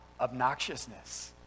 obnoxiousness